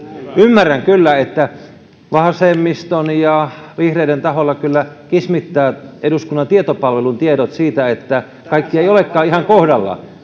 ymmärrän kyllä että vasemmiston ja vihreiden taholla kyllä kismittää eduskunnan tietopalvelun tiedot siitä että kaikki ei olekaan ihan kohdallaan